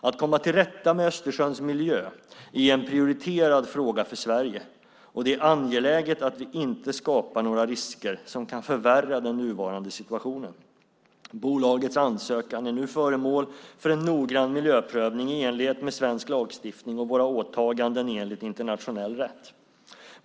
Att komma till rätta med Östersjöns miljö är en prioriterad fråga för Sverige, och det är angeläget att vi inte skapar några risker som kan förvärra den nuvarande situationen. Bolagets ansökan är nu föremål för en noggrann miljöprövning i enlighet med svensk lagstiftning och våra åtaganden enligt internationell rätt.